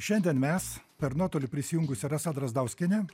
šiandien mes per nuotolį prisijungusi rasa drazdauskienė